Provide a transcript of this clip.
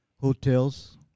hotels